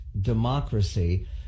Democracy